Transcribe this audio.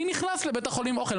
אני נכנס לבית החולים עם האוכל,